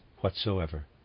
whatsoever